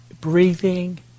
breathing